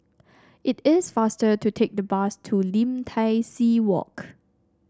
it is faster to take the bus to Lim Tai See Walk